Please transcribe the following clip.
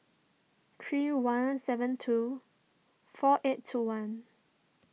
three one seven two four eight two one